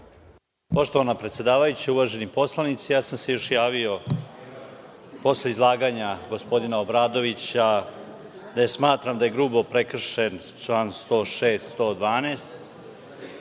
Poštovana predsedavajuća, uvaženi poslanici, ja sam se javio još posle izlaganja gospodina Obradovića. Smatram da je grubo prekršen čl. 106.